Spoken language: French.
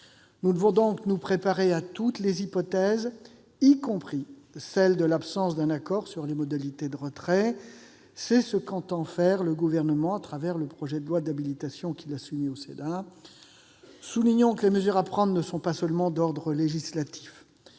Nous devons donc nous préparer à toutes les hypothèses, y compris celle de l'absence d'un accord sur les modalités de retrait. C'est ce qu'entend faire le Gouvernement par le projet de loi d'habilitation qu'il a soumis au Sénat. Les mesures à prendre ne sont pas seulement d'ordre législatif